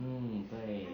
mm 对